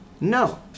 No